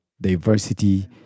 diversity